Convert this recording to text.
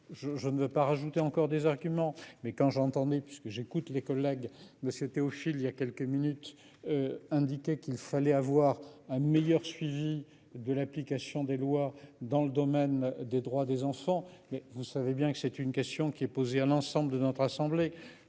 je ne veux pas rajouter encore des arguments mais quand j'entendais puisque j'écoute les collègues mais c'était au Chili. Il y a quelques minutes. Indiqué qu'il fallait avoir un meilleur suivi de l'application des lois dans le domaine des droits des enfants. Et vous savez bien que c'est une question qui est posée à l'ensemble de notre assemblée